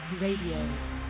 Radio